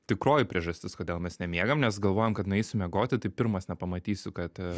tikroji priežastis kodėl mes nemiegam nes galvojom kad nueisiu miegoti tai pirmas nepamatysiu kad